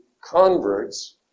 converts